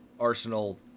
Arsenal